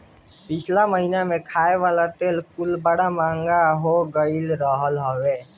पिछला महिना में खाए वाला तेल कुल बड़ा महंग हो गईल रहल हवे